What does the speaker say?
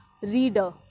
reader